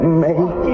make